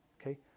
Okay